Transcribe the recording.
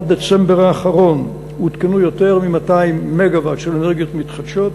עד דצמבר האחרון עודכנו יותר מ-200 מגה-ואט של אנרגיות מתחדשות.